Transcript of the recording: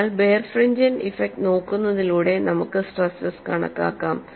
അതിനാൽ birefringent effect നോക്കുന്നതിലൂടെ നമുക്ക് സ്ട്രേസ്സസ് കണക്കാക്കാം